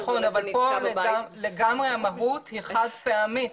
נכון, אבל פה המהות היא לגמרי חד פעמית.